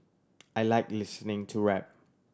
I like listening to rap